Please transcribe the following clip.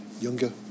younger